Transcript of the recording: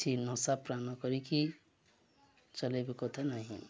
କିଛି ନଶା ପାନ କରିକି ଚଲେଇବେ କଥା ନାହିଁ